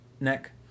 neck